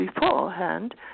beforehand